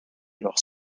leur